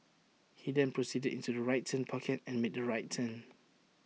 he then proceeded into the right turn pocket and made the right turn